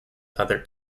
other